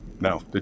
No